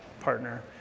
partner